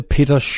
Peter